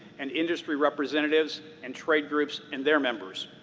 and industry representatives and trade groups and their members.